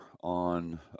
on